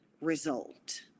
result